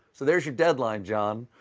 so there's your deadline, john.